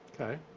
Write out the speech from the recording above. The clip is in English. Okay